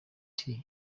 tea